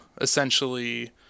essentially